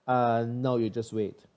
uh no you just wait